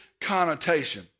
connotation